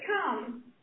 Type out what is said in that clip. come